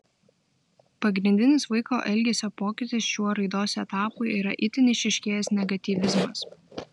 pagrindinis vaiko elgesio pokytis šiuo raidos etapu yra itin išryškėjęs negatyvizmas